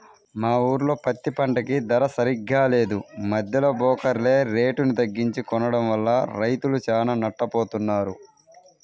మా ఊర్లో పత్తి పంటకి ధర సరిగ్గా లేదు, మద్దెలో బోకర్లే రేటుని తగ్గించి కొనడం వల్ల రైతులు చానా నట్టపోతన్నారు